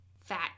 Fat